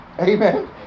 Amen